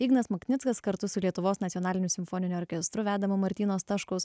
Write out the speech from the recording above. ignas maknickas kartu su lietuvos nacionaliniu simfoniniu orkestru vedamą martyno staškaus